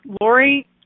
Lori